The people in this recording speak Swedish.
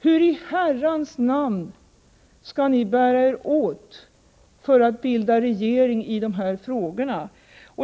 Hur i herrans namn skall ni bära er åt med de här frågorna för att bilda regering?